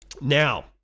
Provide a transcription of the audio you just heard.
Now